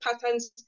patterns